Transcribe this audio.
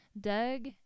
Doug